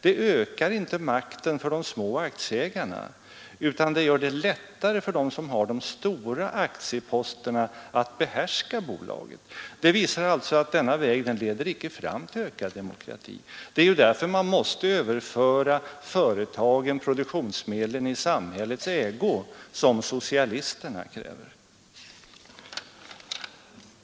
Det ökar inte makten för de många aktieägarna, utan gör det lättare för dem som har de stora aktieposterna att behärska bolagen. Det visar sig att denna väg icke leder fram till ökad demokrati. Det är därför som man måste överföra företagens produktionsmedel i samhällets ägo, som socialisterna kräver.